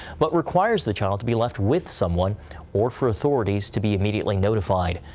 but requires the child to be left with someone or for authorities to be immediately notified.